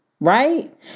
Right